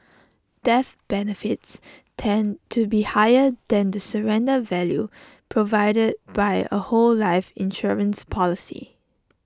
death benefits tend to be higher than the surrender value provided by A whole life insurance policy